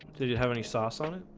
did you have any sauce on